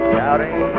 Shouting